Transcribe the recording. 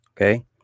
okay